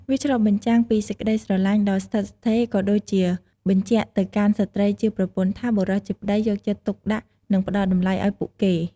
វាឆ្លុះបញ្ចាំងពីសេចក្ដីស្រឡាញ់ដ៏ស្ថិតស្ថេរ ក៏ដូចជាបញ្ជាក់ទៅកាន់ស្ត្រីជាប្រពន្ធថា បុរសជាប្ដីយកចិត្តទុកដាក់ និងផ្ដល់តម្លៃឱ្យពួកគេ។